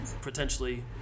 potentially